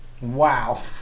Wow